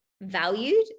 valued